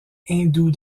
hindoue